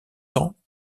temps